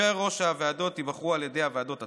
יושבי-ראש הוועדות ייבחרו על ידי הוועדות עצמן,